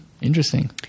Interesting